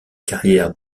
carrières